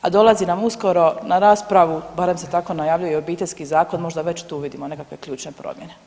A dolazi nam uskoro na raspravu, barem se tako najavljuje i Obiteljski zakon možda već tu vidimo nekakve ključne promjene.